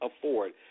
afford